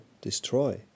destroy